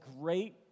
great